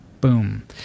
Boom